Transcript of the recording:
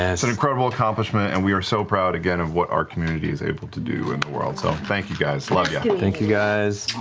it's an incredible accomplishment, and we are so proud again of what our community is able to do in the world. so thank you, guys. love ya. matt thank you, guys.